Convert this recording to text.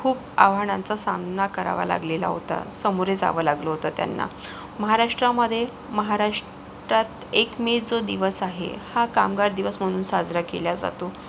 खूप आव्हानांचा सामना करावा लागलेला होता समोरे जावं लागलं होतं त्यांना महाराष्ट्रामध्ये महाराष्ट्रात एक मे जो दिवस आहे हा कामगार दिवस म्हणून साजरा केल्या जातो